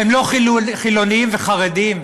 הם לא חילונים וחרדים,